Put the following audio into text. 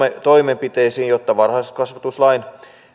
toimenpiteisiin jotta varhaiskasvatuslain